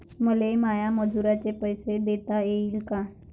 मले माया मजुराचे पैसे देता येईन का?